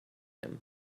him